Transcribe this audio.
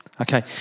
Okay